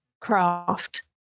craft